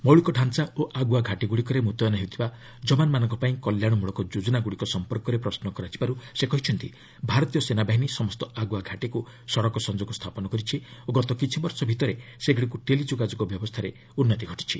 ମୌଳିକତାଞ୍ଚା ଓ ଆଗୁଆ ଘାଟିଗୁଡ଼ିକରେ ମୁତୟନ ହେଉଥିବା ଯବାନମାନଙ୍କପାଇଁ କଲ୍ୟାଣମୂଳକ ଯୋଜନାଗୁଡ଼ିକ ସମ୍ପର୍କରେ ପ୍ରଶ୍ନ କରିବାରୁ ସେ କହିଛନ୍ତି ଭାରତୀୟ ସେନାବାହିନୀ ସମସ୍ତ ଆଗୁଆ ଘାଟିକୁ ସଡ଼କ ସଂଯୋଗ ସ୍ଥାପନ କର୍କ୍ଥି ଓ ଗତ କିଛିବର୍ଷ ଭିତରେ ସେଗୁଡ଼ିକୁ ଟେଲି ଯୋଗାଯୋଗ ବ୍ୟବସ୍ଥାରେ ଉନ୍ନତି ଘଟିଛି